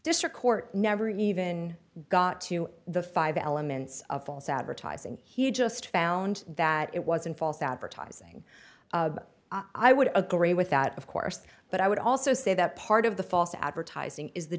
district court never even got to the five elements of false advertising he just found that it was in false advertising i would agree with that of course but i would also say that part of the false advertising is the